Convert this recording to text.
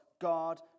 God